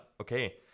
Okay